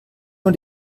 nur